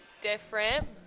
different